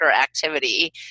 activity